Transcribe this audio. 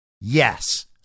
Yes